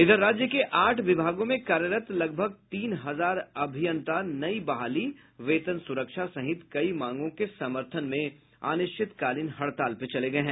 इधर राज्य के आठ विभागों में कार्यरत लगभग तीन हजार अभियंता नई बहाली वेतन सुरक्षा सहित कई मांगों के समर्थन में अनिश्चितकालीन हड़ताल पर चले गये हैं